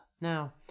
now